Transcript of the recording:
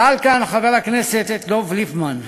שאל כאן חבר הכנסת דב ליפמן,